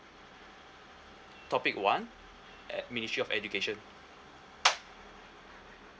topic one at ministry of education